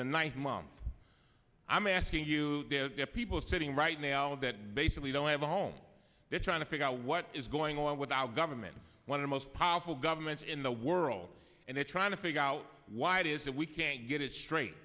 the nine months i'm asking you people sitting right now that basically don't have a home they're trying to figure out what is going on with our government one of the most powerful governments in the world and they're trying to figure out why it is that we can't get it straight